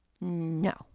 No